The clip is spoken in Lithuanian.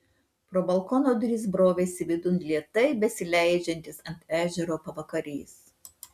pro balkono duris brovėsi vidun lėtai besileidžiantis ant ežero pavakarys